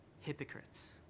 Hypocrites